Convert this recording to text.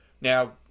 Now